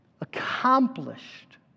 accomplished